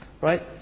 right